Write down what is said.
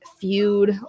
feud